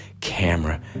camera